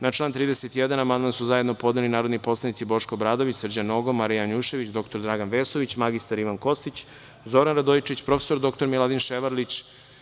Na član 31. amandman su zajedno podneli narodni poslanici Boško Obradović, Srđan Nogo, Marija Janjušević, dr Dragan Vesović, mr Ivan Kostić, Zoran Radojičić i prof. dr Miladin Ševarlić.